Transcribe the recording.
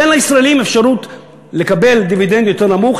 תן לישראלים אפשרות לקבל דיבידנד יותר נמוך,